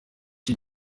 cye